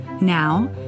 Now